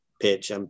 pitch